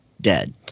dead